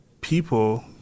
people